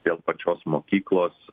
dėl pačios mokyklos